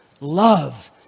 love